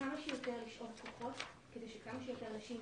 כמה שיותר לשאוב כוחות כדי שכמה שיותר אנשים,